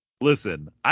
Listen